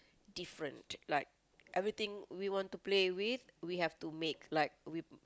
different like everything we want to play with we have to make like we